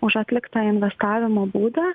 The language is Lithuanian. už atliktą investavimo būdą